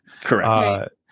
Correct